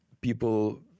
people